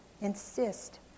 insist